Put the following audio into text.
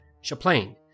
Chaplain